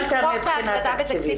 אז אם אתם רוצים לכרוך את ההחלטה בתקציב,